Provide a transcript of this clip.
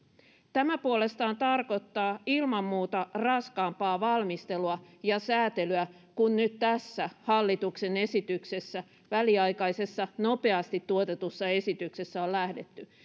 tämä puolestaan tarkoittaa ilman muuta raskaampaa valmistelua ja säätelyä kuin mihin nyt tässä hallituksen esityksessä väliaikaisessa nopeasti tuotetussa esityksessä on lähdetty